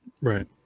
Right